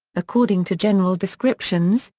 according to general descriptions,